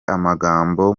amagambo